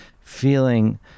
feeling